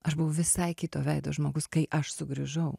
aš buvau visai kito veido žmogus kai aš sugrįžau